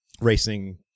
racing